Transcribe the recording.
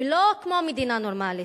ולא כמו מדינה נורמלית.